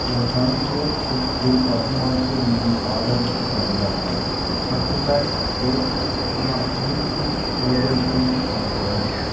என்னுடைய Conscious Food Gir பசுமாட்டு நெய் ஆர்டருக்குப் பதிலாக பத்து pack Desi Utthana slim tea herbal tea அனுப்பவும்